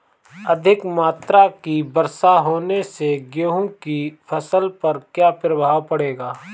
अधिक मात्रा की वर्षा होने से गेहूँ की फसल पर क्या प्रभाव पड़ेगा?